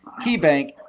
KeyBank